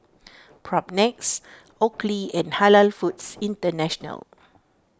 Propnex Oakley and Halal Foods International